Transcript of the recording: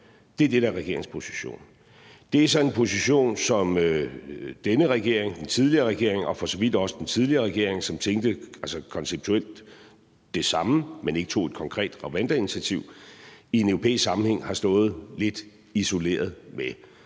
Det er det, der er regeringens position. Det er sådan en position, som denne regering, den tidligere regering og for så vidt også regeringen før den, som konceptuelt tænkte det samme, men ikke tog et konkret Rwandainitiativ, i en europæisk sammenhæng har stået lidt isoleret med.